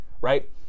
right